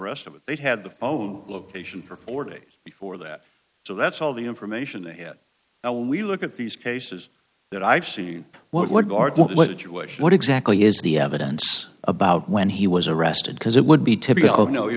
rest of it they'd had the phone location for four days before that so that's all the information they had and when we look at these cases that i've seen what garth let us what exactly is the evidence about when he was arrested because it would be